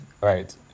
right